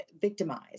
victimized